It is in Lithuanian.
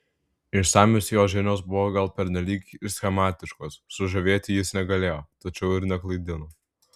išsamios jo žinios buvo gal pernelyg schematiškos sužavėti jis negalėjo tačiau ir neklaidino